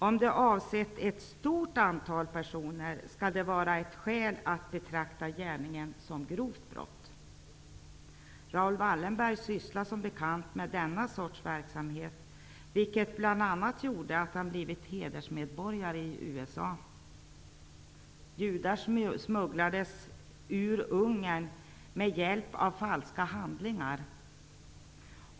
Om hjälpen avser ett stort antal personer skall det vara skäl att betrakta gärningen som ett grovt brott. Raoul Wallenberg sysslade som bekant med sådan verksamhet, vilket bl.a. gjorde att han blev hedersmedborgare i USA. Judar smugglades ur Ungern med hjälp av falska handlingar.